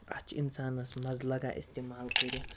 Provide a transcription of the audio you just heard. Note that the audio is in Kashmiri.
اَتھ چھُ اِنسانَس مَزٕ لگان استعمال کٔرِتھ